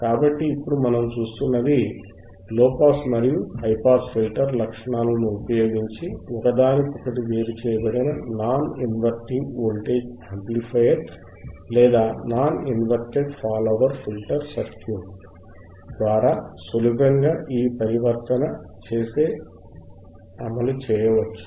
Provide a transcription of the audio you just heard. కాబట్టి ఇప్పుడు మనం చూస్తున్నది లోపాస్ మరియు హైపాస్ ఫిల్టర్ లక్షణాలను ఉపయోగించి ఒకదానికొకటి వేరు చేయబడిన నాన్ ఇన్వర్టింగ్ వోల్టేజ్ యాంప్లిఫైయర్ లేదా non inverted follower filter circuit ద్వారా సులభంగా ఈ పరివర్తన చేసి అమలు చేయవచ్చు